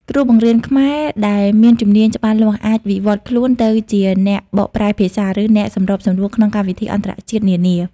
គ្រូបង្រៀនខ្មែរដែលមានជំនាញច្បាស់លាស់អាចវិវត្តខ្លួនទៅជាអ្នកបកប្រែភាសា ឬអ្នកសម្របសម្រួលក្នុងកម្មវិធីអន្តរជាតិនានា។